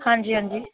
ਹਾਂਜੀ ਹਾਂਜੀ